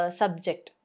subject